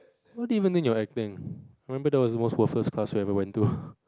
what did you mean you have been remember that was a first class we ever went to